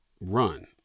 run